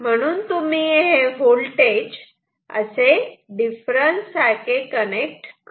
म्हणून तुम्ही हे वोल्टेज असे डिफरन्स सारखे कनेक्ट करू शकतात